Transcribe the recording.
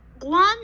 one